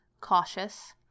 cautious